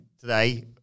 today